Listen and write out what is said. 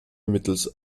mittels